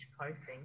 posting